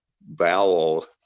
bowel